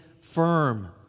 firm